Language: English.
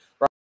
right